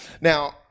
now